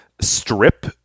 strip